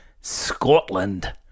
Scotland